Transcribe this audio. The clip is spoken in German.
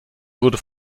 wurde